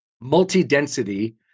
multi-density